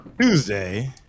Tuesday